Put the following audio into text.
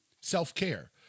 self-care